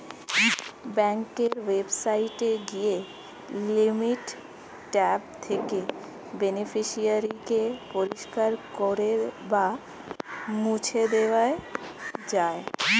ব্যাঙ্কের ওয়েবসাইটে গিয়ে ডিলিট ট্যাব থেকে বেনিফিশিয়ারি কে পরিষ্কার করে বা মুছে দেওয়া যায়